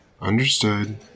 Understood